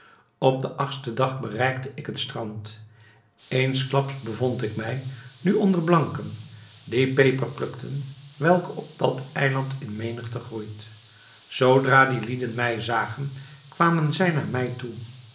op den achtsten dag bereikte ik het strand eensklaps bevond ik mij nu onder blanken die peper plukten welke op dat eiland in menigte groeit zoodra die lieden mij zagen kwamen zij naar mij toe